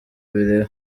bireba